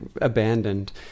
abandoned